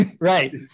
Right